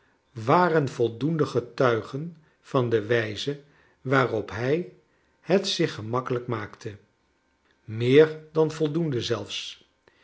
waren voldoende getuigen van de wijze waarop hij het zich gemakkelijk maakte meer dan voldoende zelfs